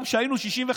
גם כשהיינו 65